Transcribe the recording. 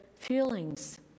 Feelings